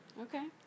Okay